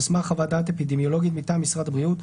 על סמך חוות דעת אפידמיולוגית מטעם משרד הבריאות,